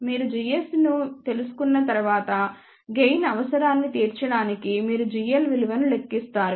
మీరు gs ను తెలుసుకున్న తర్వాత గెయిన్ అవసరాన్ని తీర్చడానికి మీరు gl విలువను లెక్కిస్తారు